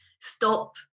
stop